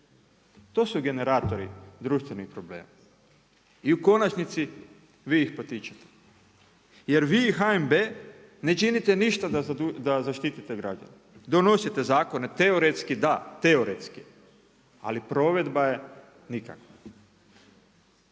I u konačnici, vi ih potičite. I u konačnici vi ih potičete. jer vi i HNB, ne činite ništa da zaštitite građane. Donosite zakone teoretski da, teoretski, ali provedba je nikakva.